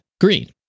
green